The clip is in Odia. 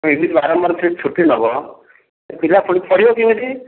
ଏମିତି ବାରମ୍ବାର ଯଦି ଛୁଟି ନେବ ସେ ପିଲା ପୁଣି ପଢ଼ିବ କେମିତି